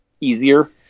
easier